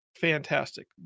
fantastic